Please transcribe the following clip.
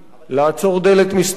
לעצור דלת מסתובבת,